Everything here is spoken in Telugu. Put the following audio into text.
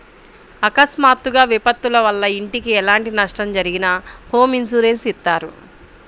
అకస్మాత్తుగా విపత్తుల వల్ల ఇంటికి ఎలాంటి నష్టం జరిగినా హోమ్ ఇన్సూరెన్స్ ఇత్తారు